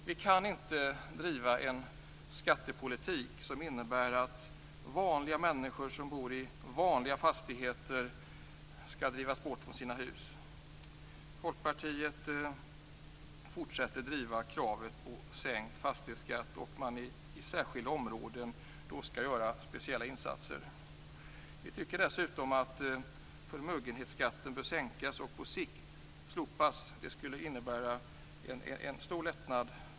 Vi kan inte driva en skattepolitik som innebär att vanliga människor som bor i vanliga fastigheter skall drivas bort från sina hus. Folkpartiet fortsätter att driva kravet på sänkt fastighetsskatt och att man i särskilda områden skall göra speciella insatser. Vi tycker dessutom att förmögenhetsskatten bör sänkas och på sikt slopas. Det skulle innebära en stor lättnad.